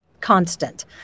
constant